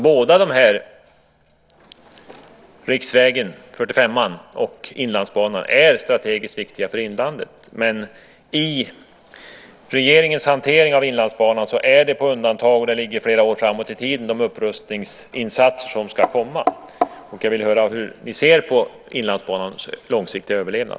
Både riksväg 45 och Inlandsbanan är strategiskt viktiga för inlandet. Men i regeringens hantering av Inlandsbanan är det här på undantag. De upprustningsinsatser som ska komma ligger flera år framåt i tiden. Hur ser ni på Inlandsbanans långsiktiga överlevnad?